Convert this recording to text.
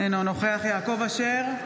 אינו נוכח יעקב אשר,